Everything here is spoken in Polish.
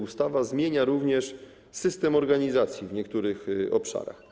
Ustawa zmienia również system organizacji w niektórych obszarach.